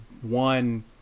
one